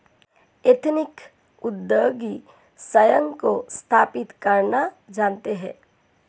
ethnic उद्योगी स्वयं को स्थापित करना जानते हैं